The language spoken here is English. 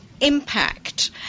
impact